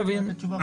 בסדר.